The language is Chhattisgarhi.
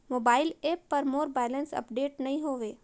मोबाइल ऐप पर मोर बैलेंस अपडेट नई हवे